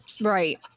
right